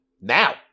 now